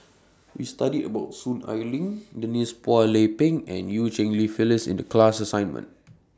We studied about Soon Ai Ling Denise Phua Lay Peng and EU Cheng Li Phyllis in The class assignment